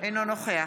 אינו נוכח